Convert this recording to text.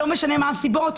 לא משנה מה הסיבות,